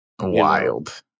Wild